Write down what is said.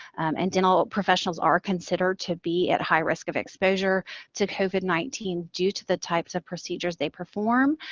and dental professionals are considered to be at high risk of exposure to covid nineteen due to the types of procedures they perform.